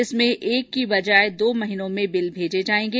इसमें एक की बजाय दो महीनों में बिल भेजे जाएंगे